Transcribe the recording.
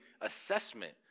assessment